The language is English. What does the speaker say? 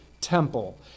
temple